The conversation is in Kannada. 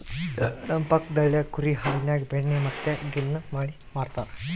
ನಮ್ಮ ಪಕ್ಕದಳ್ಳಿಗ ಕುರಿ ಹಾಲಿನ್ಯಾಗ ಬೆಣ್ಣೆ ಮತ್ತೆ ಗಿಣ್ಣು ಮಾಡಿ ಮಾರ್ತರಾ